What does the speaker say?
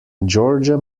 georgia